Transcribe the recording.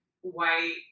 White